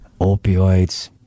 Opioids